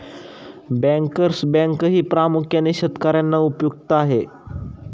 bankers बँकही प्रामुख्याने शेतकर्यांना उपयुक्त आहे